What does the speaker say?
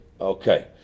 Okay